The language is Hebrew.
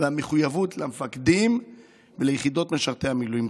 והמחויבות למפקדים וליחידות משרתי המילואים.